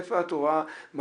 איפה את רואה מדוע,